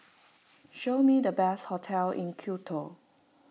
show me the best hotels in Quito